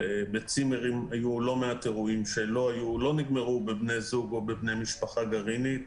בצימרים היו לא מעט אירועים שלא נגמרו בבני זוג או בבני משפחה גרעינית.